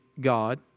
God